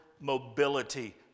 mobility